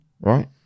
right